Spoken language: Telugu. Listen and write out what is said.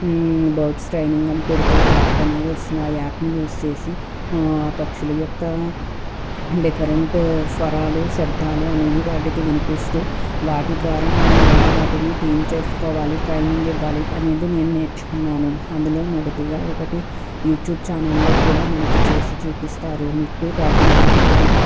బర్డ్స్ ట్రైనింగ్ అని కొడితే ఒక యాప్ అనేది వస్తుంది ఆ యాప్ని యూజ్ చేసి పక్షుల యొక్క అంటే కరెంటు స్వరాలు శబ్దాలు అనేవి వాటికి వినిపిస్తూ వాటి ద్వారా మనం ఎలా వాటిని టీం చేస్కోవాలి ట్రైనింగ్ ఇవ్వాలి అనేది నేను నేర్చుకున్నాను అందులో మొదటిగా ఒకటి యూట్యూబ్ ఛానల్లో కూడా మనకి చేసి చూపిస్తారు మిట్టు టాకింగ్ ప్యారెట్ అనే